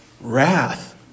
wrath